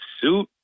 suit